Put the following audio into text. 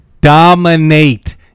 dominate